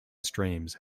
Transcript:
streams